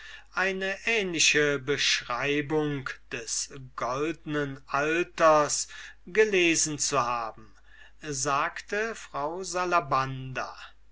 eine ähnliche beschreibung des goldnen alters gelesen zu haben sagte frau